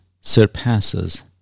surpasses